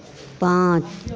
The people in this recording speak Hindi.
पाँच